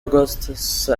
augustus